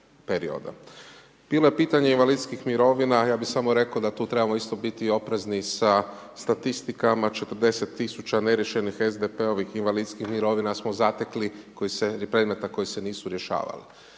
Bilo je pitanje invalidskih mirovina, ja bi samo rekao da tu trebamo isto biti oprezni sa statistikama, 40000 neriješenih SDP-ovih invalidskih mirovina smo zatekli, predmeta koji se nisu rješavali.